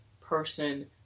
person